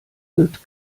wird